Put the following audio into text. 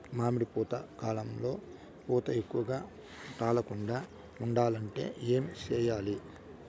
మామిడి పూత కాలంలో పూత ఎక్కువగా రాలకుండా ఉండాలంటే ఏమి చెయ్యాలి?